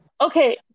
Okay